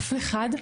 אף אחד,